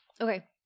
Okay